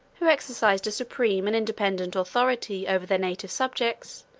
who exercised a supreme and independent authority over their native subjects,